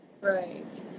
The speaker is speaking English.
right